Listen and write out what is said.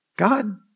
God